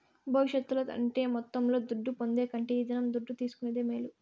భవిష్యత్తుల అంటే మొత్తంలో దుడ్డు పొందే కంటే ఈ దినం దుడ్డు తీసుకునేదే మేలు